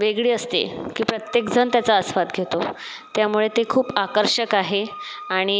वेगळी असते की प्रत्येक जण त्याचा आस्वाद घेतो त्यामुळे ते खूप आकर्षक आहे आणि